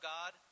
God